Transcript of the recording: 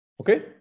okay